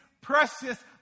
precious